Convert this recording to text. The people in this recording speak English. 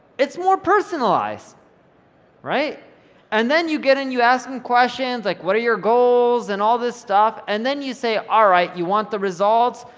it's more personalised and then you get in, you ask them questions like, what are your goals and all this stuff and then you say alright, you want the results,